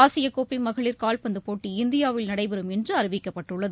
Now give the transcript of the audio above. ஆசியக்கோப்பை மகளிர் கால்பந்து போட்டி இந்தியாவில் நடைபெறம் என்று அறிவிக்கப்பட்டுள்ளது